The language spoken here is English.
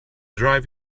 drive